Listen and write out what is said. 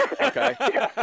Okay